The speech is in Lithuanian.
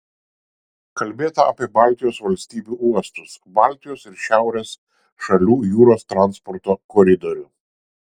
kalbėta apie baltijos valstybių uostus baltijos ir šiaurės šalių jūros transporto koridorių